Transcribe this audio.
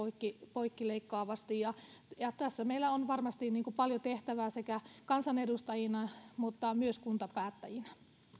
poikkileikkaavasti tässä meillä on varmasti paljon tehtävää kansanedustajina mutta myös kuntapäättäjinä